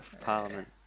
Parliament